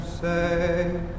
say